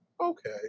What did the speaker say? okay